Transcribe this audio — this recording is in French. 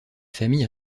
famille